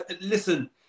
listen